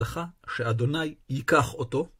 הלכה שאדוני ייקח אותו.